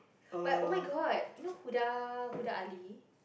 but oh-my-god you know Huda Huda-Ali